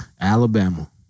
Alabama